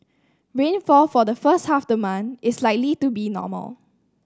rainfall for the first half of the month is likely to be normal